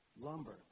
lumber